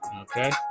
Okay